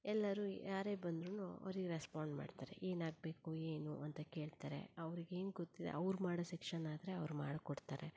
ಎಲ್ಲರು ಯಾರೇ ಬಂದ್ರು ಅವ್ರಿಗೆ ರೆಸ್ಪಾಂಡ್ ಮಾಡ್ತರೆ ಏನಾಗಬೇಕು ಏನು ಅಂತ ಕೇಳ್ತರೆ ಅವ್ರಿಗೇನು ಗೊತ್ತಿದೆ ಅವ್ರು ಮಾಡೋ ಸೆಕ್ಷನ್ ಆದರೆ ಅವ್ರು ಮಾಡಿಕೊಡ್ತರೆ